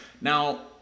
now